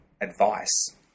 advice